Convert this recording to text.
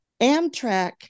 Amtrak